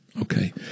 Okay